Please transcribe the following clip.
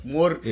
More